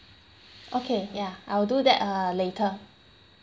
okay ya I'll do that uh later